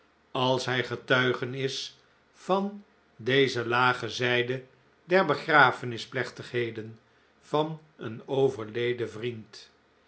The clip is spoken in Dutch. als hij getuige is van deze lage zijde der begrafenisplechtigheden van een overleden vriend